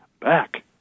back